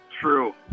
True